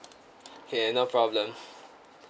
K no problem